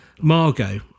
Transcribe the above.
Margot